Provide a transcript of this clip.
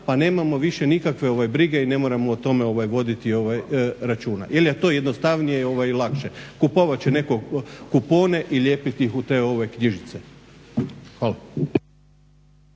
pa nemamo više nikakve brige i ne moramo o tome voditi računa, Ili je to jednostavnije i lakše. Kupovat će neke kupone i lijepiti ih u knjižice.